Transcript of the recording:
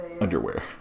underwear